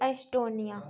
Estonia